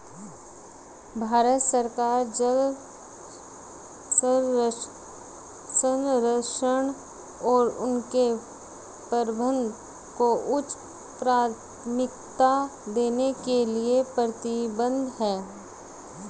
भारत सरकार जल संरक्षण और उसके प्रबंधन को उच्च प्राथमिकता देने के लिए प्रतिबद्ध है